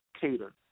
cater